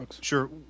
Sure